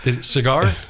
cigar